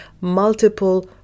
multiple